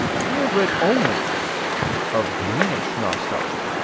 i have read only of greenish nostoc.